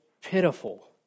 pitiful